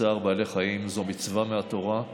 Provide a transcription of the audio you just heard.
צער בעלי חיים זו מצווה מהתורה,